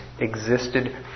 existed